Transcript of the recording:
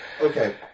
okay